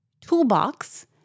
toolbox